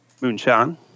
moonshine